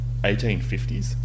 1850s